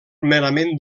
merament